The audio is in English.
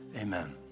amen